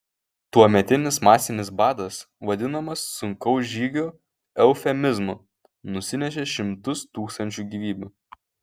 tuometinis masinis badas vadinamas sunkaus žygio eufemizmu nusinešė šimtus tūkstančių gyvybių